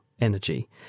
energy